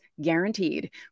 guaranteed